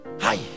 Hi